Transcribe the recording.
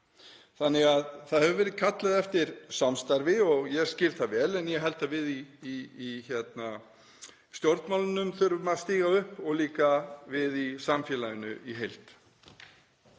forseti. Það hefur verið kallað eftir samstarfi og ég skil það vel, en ég held að við í stjórnmálunum þurfum að stíga upp og líka við í samfélaginu í heild.